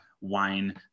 wine